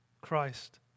Christ